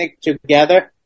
together